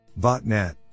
Botnet